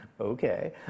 Okay